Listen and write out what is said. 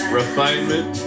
refinement